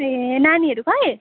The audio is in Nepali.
ए नानीहरू खै